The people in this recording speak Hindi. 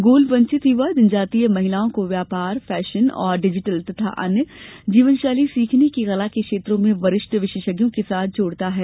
गोल वंचित युवा जनजातीय महिलाओं को व्यापार फैशन और ड़िजिटल तथा जीवन कौशल सीखने की कला के क्षेत्रों में वरिष्ठ विशेषज्ञों के साथ जोड़ता है